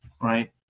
right